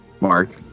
Mark